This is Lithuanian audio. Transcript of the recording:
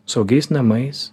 saugiais namais